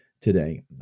today